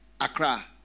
Accra